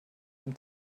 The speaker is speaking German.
dem